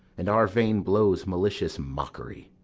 and our vain blows malicious mockery.